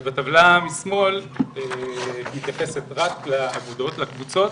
והטבלה משמאל מתייחסת רק לאגודות, לקבוצות,